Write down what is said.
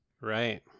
Right